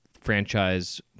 franchise